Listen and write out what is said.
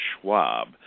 Schwab